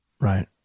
Right